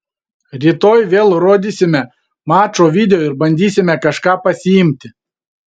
rytoj vėl rodysime mačo video ir bandysime kažką pasiimti